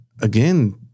again